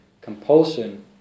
compulsion